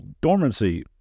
dormancy